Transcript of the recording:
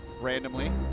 randomly